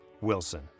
Wilson